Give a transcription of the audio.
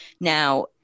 now